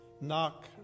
Knock